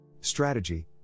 Strategy